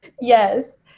Yes